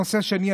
נושא שני,